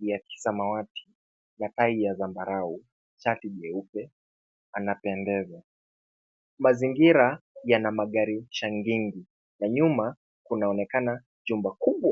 ya kisamawati na tai ya zambarau, shati nyeupe anapendeza. Mazingira yana magari changengi na nyuma kunaonekana jumba kubwa.